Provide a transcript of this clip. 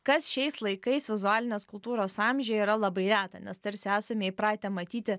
kas šiais laikais vizualinės kultūros amžiuje yra labai reta nes tarsi esame įpratę matyti